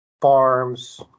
farms